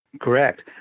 Correct